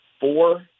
four